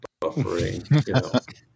buffering